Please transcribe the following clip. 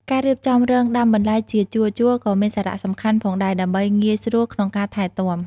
ការរៀបចំរងដាំបន្លែជាជួរៗក៏មានសារៈសំខាន់ផងដែរ ដើម្បីងាយស្រួលក្នុងការថែទាំ។